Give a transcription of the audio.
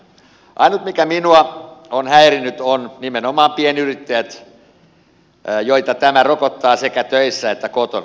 ainut mikä minua on häirinnyt on nimenomaan pienyrittäjät joita tämä rokottaa sekä töissä että kotona